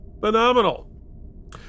phenomenal